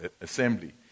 assembly